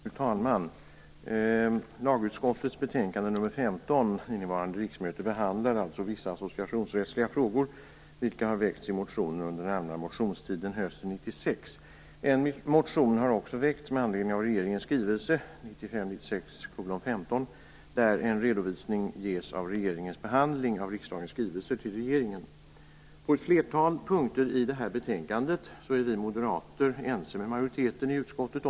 Fru talman! Lagutskottets betänkande nr 15 vid innevarande riksmöte behandlar vissa associationsrättsliga frågor som har väckts i motioner under allmänna motionstiden hösten 1996. Det har också väckts en motion med anledning av regeringens skrivelse 1995/96:15, där en redovisning ges av regeringens behandling av riksdagens skrivelser till regeringen. På ett flertal punkter i det här betänkandet är vi moderater ense med majoriteten i utskottet.